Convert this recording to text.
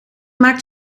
maakt